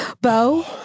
Bo